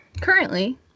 currently